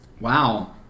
wow